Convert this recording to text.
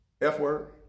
F-word